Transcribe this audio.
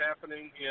happening